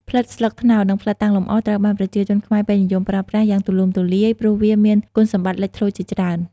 ផ្លិតស្លឹកត្នោត និងផ្លិតតាំងលម្អ ត្រូវបានប្រជាជនខ្មែរពេញនិយមប្រើប្រាស់យ៉ាងទូលំទូលាយ ព្រោះវាមានគុណសម្បត្តិលេចធ្លោជាច្រើន។